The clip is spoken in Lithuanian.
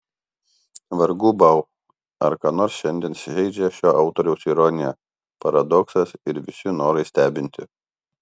vargu bau ar ką nors šiandien žeidžia šio autoriaus ironija paradoksas ir visi norai stebinti